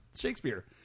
shakespeare